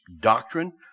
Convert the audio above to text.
doctrine